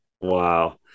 Wow